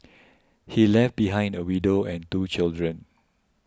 he left behind a widow and two children